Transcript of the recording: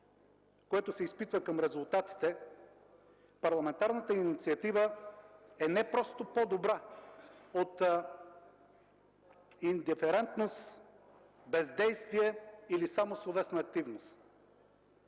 което се изпитва към резултатите, парламентарната инициатива е не просто по-добра от индиферентност, бездействие или само словесна активност.